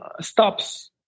stops